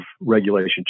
regulation